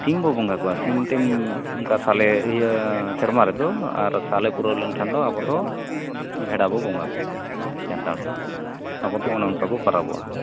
ᱥᱤᱢᱵᱚ ᱵᱚᱸᱜᱟ ᱠᱚᱣᱟ ᱥᱤᱢᱼᱴᱤᱢ ᱚᱱᱠᱟ ᱥᱟᱞᱮ ᱤᱭᱟᱹ ᱥᱮᱨᱢᱟ ᱨᱮᱫᱚ ᱟᱨ ᱥᱟᱞᱮ ᱯᱩᱨᱟᱹᱣ ᱞᱮᱱᱠᱷᱟᱱ ᱟᱵᱚᱫᱚ ᱵᱷᱮᱰᱟᱵᱚ ᱵᱚᱸᱜᱟ ᱠᱚᱣᱟ ᱡᱟᱱᱛᱷᱟᱲᱨᱮ ᱟᱵᱚᱫᱚ ᱚᱱᱮ ᱚᱱᱠᱟᱵᱚ ᱯᱟᱨᱟᱵᱚᱜᱼᱟ